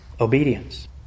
obedience